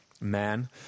man